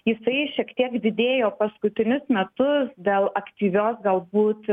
jisai šiek tiek didėjo paskutinius metus dėl aktyvios galbūt